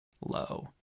low